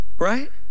Right